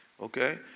okay